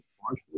partially